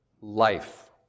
life